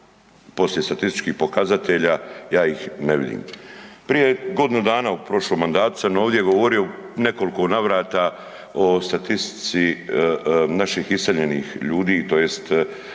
poslije statističkih pokazatelja ja ih ne vidim. Prije godinu dana u prošlom mandatu sam ovdje govorio u nekoliko navrata o statistici naših iseljenih ljudi, tj.